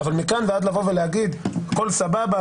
אבל מכאן ועד לבוא ולהגיד שהכול סבבה,